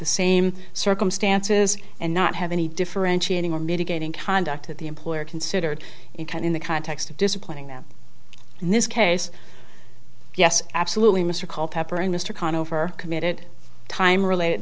the same circumstances and not have any differentiating or mitigating conduct that the employer considered in kind in the context of disciplining them in this case yes absolutely mr call peppering mr conne over committed time related